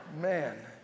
Man